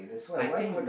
I think